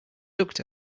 looked